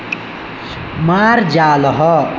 मार्जालः